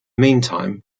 meantime